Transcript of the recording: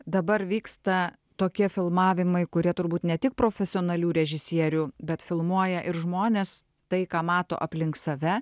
dabar vyksta tokie filmavimai kurie turbūt ne tik profesionalių režisierių bet filmuoja ir žmones tai ką mato aplink save